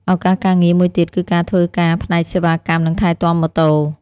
ឱកាសការងារមួយទៀតគឺការធ្វើការផ្នែកសេវាកម្មនិងថែទាំម៉ូតូ។